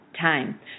time